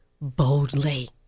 boldly